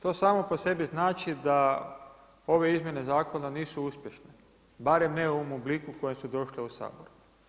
To samo po sebi znači da ove izmjene zakona nisu uspješne barem ne u ovom obliku u kojem su došle u Sabor.